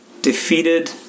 defeated